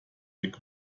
weg